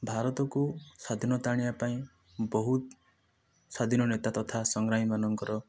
ଭାରତକୁ ସ୍ୱାଧୀନତା ଆଣିବା ପାଇଁ ବହୁତ ସ୍ୱାଧୀନ ନେତା ତଥା ସଂଗ୍ରାମୀ ମାନଙ୍କର